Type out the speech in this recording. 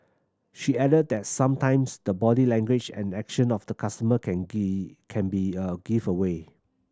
she added that sometimes the body language and action of the customer can can be a giveaway